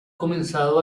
comenzado